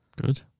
good